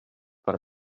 per